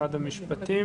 המשפטים.